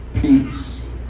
peace